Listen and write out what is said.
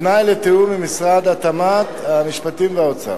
בתנאי של תיאום עם משרדי התמ"ת, המשפטים והאוצר.